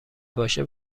باشه